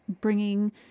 bringing